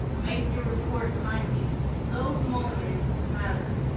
make your report timely. those moments matter.